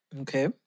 Okay